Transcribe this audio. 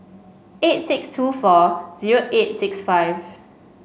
eight six two four zero eight six five